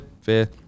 fair